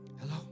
Hello